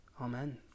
amen